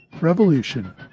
Revolution